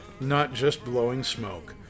notjustblowingsmoke